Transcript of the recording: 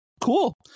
cool